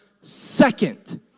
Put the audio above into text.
second